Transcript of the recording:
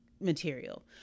material